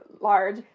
large